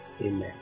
Amen